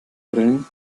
brillen